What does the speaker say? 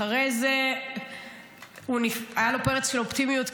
אחרי זה היה לו פרץ של אופטימיות,